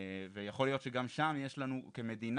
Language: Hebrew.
ויכול להיות שגם שם יש לנו כמדינה,